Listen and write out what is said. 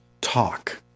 talk